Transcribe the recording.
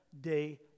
day